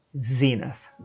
zenith